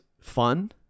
fun